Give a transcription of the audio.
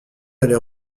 allait